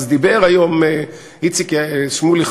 אז דיבר היום איציק שמולי,